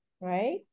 right